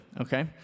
okay